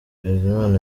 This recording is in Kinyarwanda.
bizimana